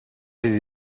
ses